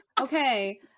Okay